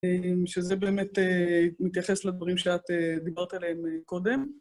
שזה באמת מתייחס לדברים שאת דיברת עליהם קודם.